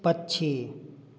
पक्षी